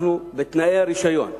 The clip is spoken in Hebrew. בתנאי רשיון הקבורה,